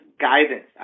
guidance